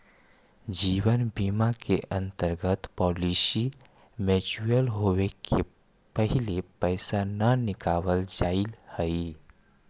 जीवन बीमा के अंतर्गत पॉलिसी मैच्योर होवे के पहिले पैसा न नकालल जाऽ हई